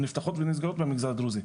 נפתחות ונסגרות במגזר הדרוזי.